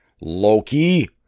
Loki